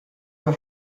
wer